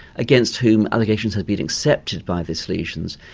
against whom allegations had been accepted by the salesians.